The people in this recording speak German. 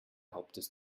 hauptes